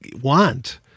want